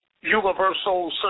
universal